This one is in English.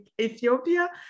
Ethiopia